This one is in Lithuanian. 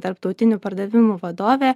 tarptautinių pardavimų vadovė